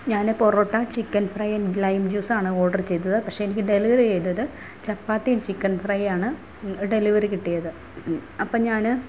ഞാൻ parotta chicken fry lime ജ്യൂസാണ് order ചെയ്തത് പക്ഷേ എനിക്ക് ഡെലിവറി ചെയ്തത് ചപ്പാത്തിയും ചിക്കൻ ഫ്രയാണ് ഡെലിവറി കിട്ടിയത് അപ്പം ഞാൻ